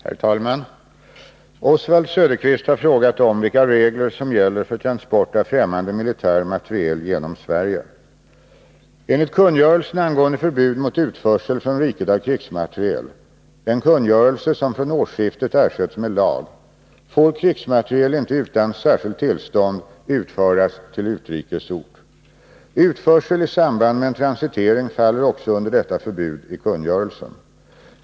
Herr talman! Oswald Söderqvist har frågat om vilka regler som gäller för transport av främmande militär materiel genom Sverige. Enligt kungörelsen angående förbud mot utförsel från riket av krigsmateriel— en kungörelse som från årsskiftet ersätts med lag — får krigsmateriel inte utan särskilt tillstånd utföras till utrikes ort. Utförsel i samband med en transitering faller också under detta förbud i kungörelsen.